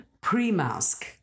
pre-mask